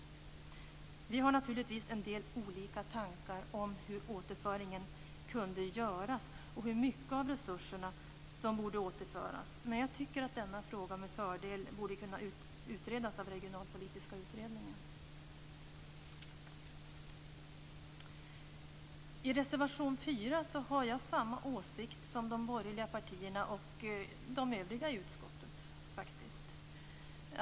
Vi har naturligtvis en del olika tankar om hur återföringen skulle kunna göras och om hur mycket av resurserna som borde återföras, men jag tycker att denna fråga med fördel borde kunna utredas av den regionalpolitiska utredningen. När det gäller reservation 4 har jag faktiskt samma åsikt som de borgerliga partierna och de övriga i utskottet.